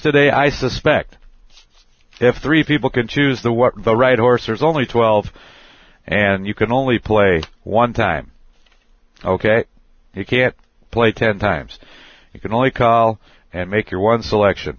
today i suspect if three people could choose the what the right or sir is only twelve and you can only play one time ok you can play ten times you can only call and make your one selection